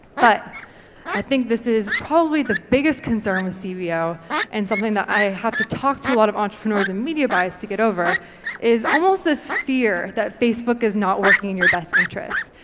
but i think this is probably the biggest concern with cbo and something that i have to talk to a lot of entrepreneurs and media buyers to get over is almost is fear that facebook is not working in your best interests.